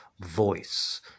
voice